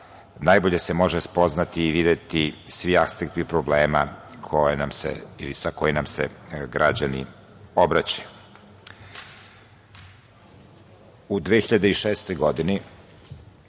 najbolje se može spoznati i videti svi aspekti problema sa kojima se građani obraćaju.U 2006. godini,